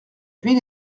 ville